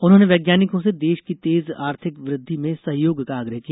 उन्होंने वैज्ञानिकों से देश की तेज आर्थिक वृद्धि में सहयोग का आग्रह किया